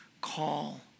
call